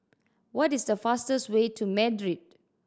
what is the fastest way to Madrid